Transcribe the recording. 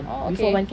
orh okay